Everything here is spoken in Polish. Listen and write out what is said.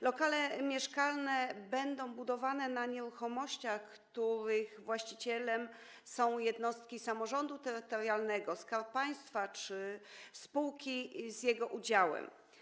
Lokale mieszkalne będą budowane na nieruchomościach, których właścicielami są jednostki samorządu terytorialnego, Skarb Państwa czy spółki z jego udziałem.